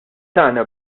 tagħna